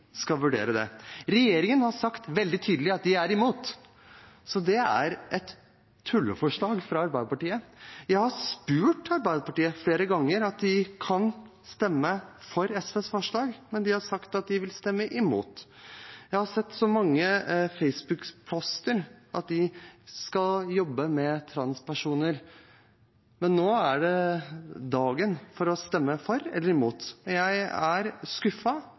de er imot, så det er et tulleforslag fra Arbeiderpartiet. Jeg har spurt Arbeiderpartiet flere ganger om de kan stemme for SVs forslag, men de har sagt at de vil stemme imot. Jeg har sett i mange Facebook-poster at de skal jobbe med transpersoner. Nå er det dagen for å stemme for eller imot. Jeg er